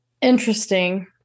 Interesting